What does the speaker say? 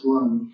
one